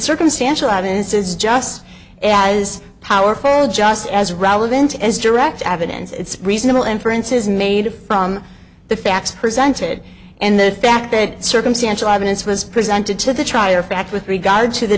circumstantial evidence is just as powerful just as relevant as direct evidence it's reasonable inferences made from the facts presented and the fact that circumstantial evidence was presented to the trial or fact with regard to the